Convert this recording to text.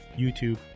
YouTube